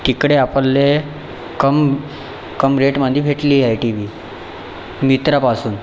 तिकडे आपले कम कम रेटमधी भेटली आहे टीव्ही मित्रापासून